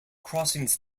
crossings